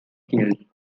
killed